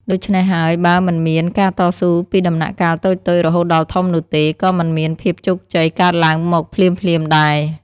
ដូច្នេះហើយ បើមិនមានការតស៊ូពីដំណាក់កាលតូចៗ រហូតដល់ធំនោះទេ ក៏មិនមានភាពជោគជ័យកើតឡើងមកភ្លាមៗដែរ។